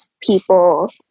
people